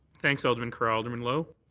thanks, alderman carra. alderman lowe?